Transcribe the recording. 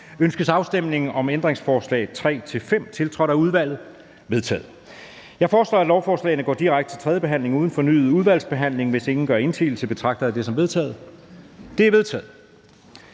Ønskes afstemning om ændringsforslag nr. 3-5, tiltrådt af udvalget? De er vedtaget. Jeg foreslår, at lovforslagene går direkte til tredje behandling uden fornyet udvalgsbehandling. Hvis ingen gør indsigelse, betragter jeg det som vedtaget. Det er vedtaget.